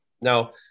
Now